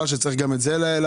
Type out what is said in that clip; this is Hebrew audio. שצריך גם את זה להראות,